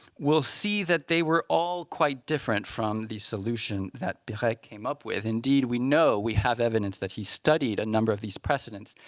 we'll see that they were all quite different from the solution that perret came up with. indeed, we know we have evidence that he studied a number of these precedents,